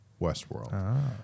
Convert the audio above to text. Westworld